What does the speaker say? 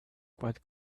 quite